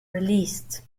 released